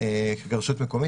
כרשות מקומית,